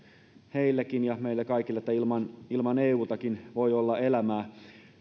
heillekin ja meille kaikille että ilman ilman eutakin voi olla elämää